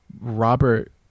Robert